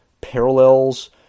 parallels